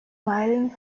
meilen